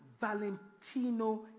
Valentino